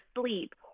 sleep